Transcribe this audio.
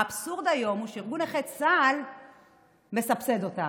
האבסורד היום הוא שארגון נכי צה"ל מסבסד אותם.